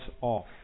off